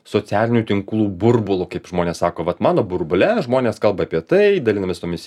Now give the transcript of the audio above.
socialinių tinklų burbulu kaip žmonės sako vat mano burbule žmonės kalba apie tai dalinamės tomis